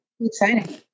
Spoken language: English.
exciting